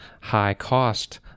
high-cost